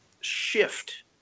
shift